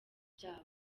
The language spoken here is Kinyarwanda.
byabo